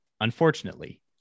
unfortunately